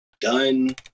done